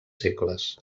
segles